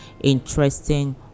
interesting